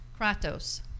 Kratos